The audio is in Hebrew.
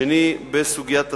מישור שני, בסוגיית התכנים.